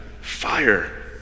fire